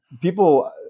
people